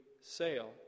sale